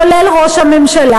כולל ראש הממשלה,